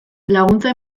laguntza